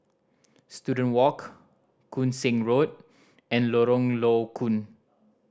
Student Walk Koon Seng Road and Lorong Low Koon